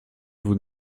vous